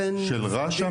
רש"א,